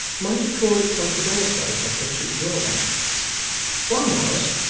might have called it comfort also but for two drawbacks one was,